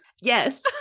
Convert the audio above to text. Yes